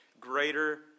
greater